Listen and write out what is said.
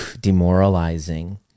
demoralizing